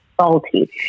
salty